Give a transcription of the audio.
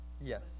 Yes